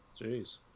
Jeez